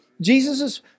Jesus